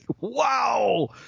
Wow